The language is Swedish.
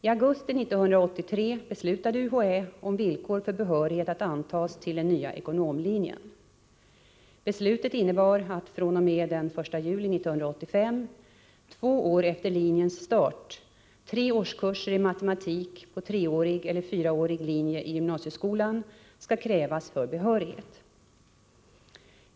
I augusti 1983 beslutade UHÄ om villkor för behörighet att antas till den nya ekonomlinjen. Beslutet innebär att fr.o.m. den 1 juli 1983 — två år efter linjens start — tre årskurser i matematik på treårig eller fyraårig linje i gymnasieskolan skall krävas för behörighet.